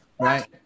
Right